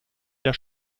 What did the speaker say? der